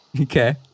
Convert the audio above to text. Okay